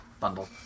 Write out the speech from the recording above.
bundle